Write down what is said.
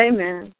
Amen